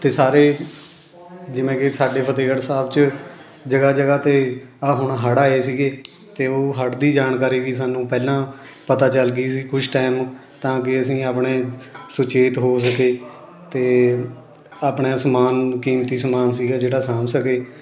ਅਤੇ ਸਾਰੇ ਜਿਵੇਂ ਕਿ ਸਾਡੇ ਫਤਿਹਗੜ੍ਹ ਸਾਹਿਬ 'ਚ ਜਗ੍ਹਾ ਜਗ੍ਹਾ 'ਤੇ ਆਹ ਹੁਣ ਹੜ੍ਹ ਆਏ ਸੀਗੇ ਅਤੇ ਉਹ ਹੜ੍ਹ ਦੀ ਜਾਣਕਾਰੀ ਵੀ ਸਾਨੂੰ ਪਹਿਲਾਂ ਪਤਾ ਚੱਲ ਗਈ ਸੀ ਕੁਛ ਟਾਈਮ ਤਾਂ ਕਿ ਅਸੀਂ ਆਪਣੇ ਸੁਚੇਤ ਹੋ ਸਕੇ ਅਤੇ ਆਪਣਾ ਸਮਾਨ ਕੀਮਤੀ ਸਮਾਨ ਸੀਗਾ ਜਿਹੜਾ ਸਾਂਭ ਸਕੇ